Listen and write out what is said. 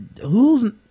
who's-